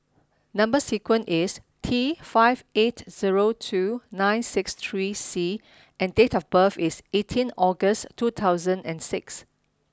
number sequence is T five eight zero two nine six three C and date of birth is eighteen August two thousand and six